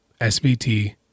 SVT